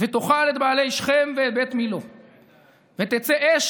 ותאכל את בעלי שכם ואת בית מלוא ותצא אש